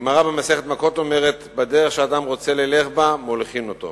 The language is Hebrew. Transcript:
הגמרא במסכת מכות אומרת: "בדרך שאדם רוצה לילך בה מוליכין אותו".